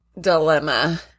dilemma